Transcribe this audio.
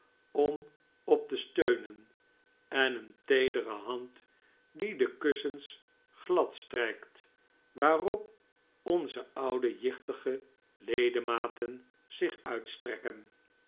om op te steunen en een teedere hand die de kussens gladstrijkt waarop onze oude jichtige ledematen zich uitstrekken